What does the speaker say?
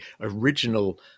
original